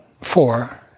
four